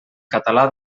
català